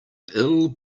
ill